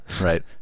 right